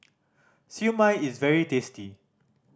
Siew Mai is very tasty